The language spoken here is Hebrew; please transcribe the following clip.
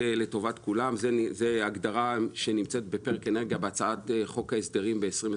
זו הגדרה שנמצאת בפרק אנרגיה בהצעת חוק ההסדרים ב-2021.